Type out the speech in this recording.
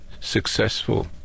successful